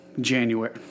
January